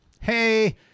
Hey